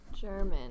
German